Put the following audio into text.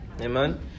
Amen